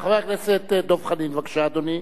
חבר הכנסת דב חנין, בבקשה, אדוני.